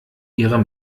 ihre